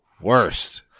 worst